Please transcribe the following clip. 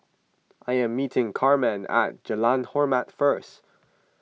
I am meeting Carmen at Jalan Hormat first